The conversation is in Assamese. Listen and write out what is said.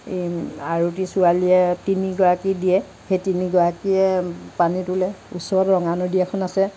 এই আৰতী ছোৱালীয়ে তিনিগৰাকী দিয়ে সেই তিনিগৰাকীয়ে পানী তোলে ওচৰত ৰঙানদী এখন আছে